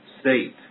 state